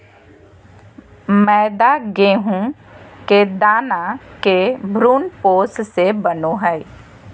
मैदा गेहूं के दाना के भ्रूणपोष से बनो हइ